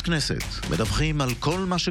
אם כן, חברי הכנסת, תם סדר-היום.